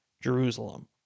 Jerusalem